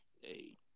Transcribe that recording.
Hey